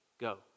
go